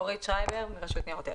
שמי אורית שרייבר מרשות ניירות ערך.